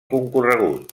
concorregut